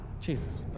Jesus